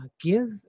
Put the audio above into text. give